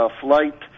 flight